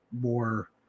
more